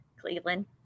Cleveland